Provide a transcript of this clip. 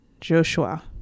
Joshua